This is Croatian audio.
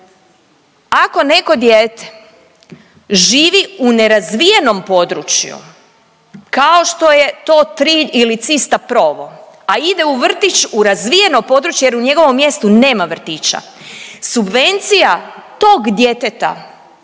Ako neko dijete živi u nerazvijenom području kao što je to Trilj ili Cista Provo, a ide u vrtić u razvijeno područje jer u njegovom mjestu nema vrtića, subvencija tog djeteta